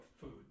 food